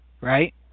right